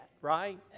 right